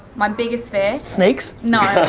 my biggest fear. snakes? no,